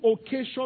occasion